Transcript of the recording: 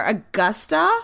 Augusta